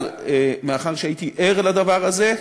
אבל מאחר שהייתי ער לדבר הזה,